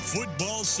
Football